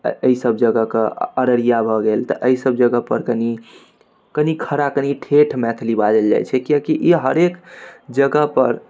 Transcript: एहि सब जगह कऽ अररिया भऽ गेल तऽ एहि सब जगह पर कनि कनि खड़ा कनि ठेठ मैथिली बाजल जाइत छै किआकि ई हरेक जगह पर